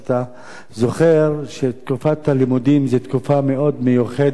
זוכר שתקופת הלימודים היא תקופה מאוד מיוחדת